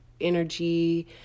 energy